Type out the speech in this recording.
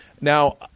Now